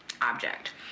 object